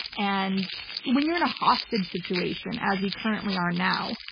and when you're in a hostage situation, as we currently are now,